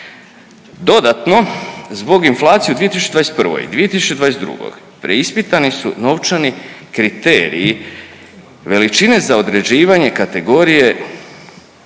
Dodatno, zbog inflacije u 2021. i 2022. preispitani su novčani kriteriji veličine za određivanje kategorije